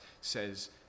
says